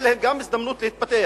תיתן להם גם הזדמנות להתפתח,